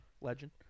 Legend